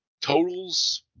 totals